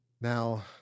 Now